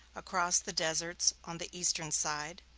across the deserts on the eastern side,